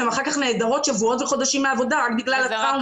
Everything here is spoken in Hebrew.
הן אחר-כך נעדרות שבועות וחודשים מהעבודה רק בגלל הטראומה.